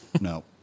no